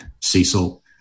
Cecil